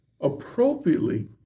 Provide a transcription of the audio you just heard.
appropriately